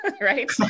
Right